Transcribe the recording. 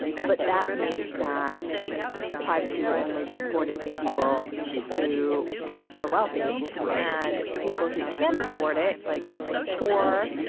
but that means that privacy will only be afforded to people who are wealthy. and people who can't afford it like, the poor,